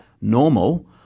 normal